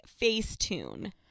Facetune